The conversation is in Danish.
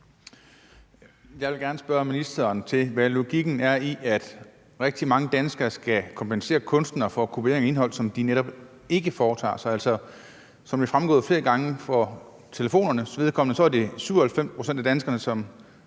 Jeg vil gerne spørge ministeren om, hvad logikken er i, at rigtig mange danskere skal kompensere kunstnere for kopiering af indhold, som de netop ikke foretager sig. Som det er fremgået flere gange, er det for telefonernes vedkommende 93 pct. af danskerne, som